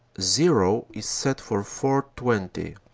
zero is set for four twenty,